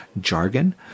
jargon